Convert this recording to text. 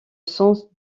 sens